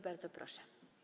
Bardzo proszę.